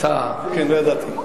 כן, לא ידעתי.